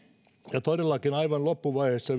ja todellakin vielä aivan loppuvaiheessa